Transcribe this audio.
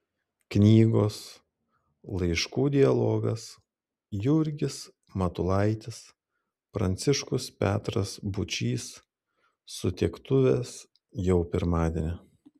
knygos laiškų dialogas jurgis matulaitis pranciškus petras būčys sutiktuvės jau pirmadienį